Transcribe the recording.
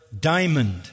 diamond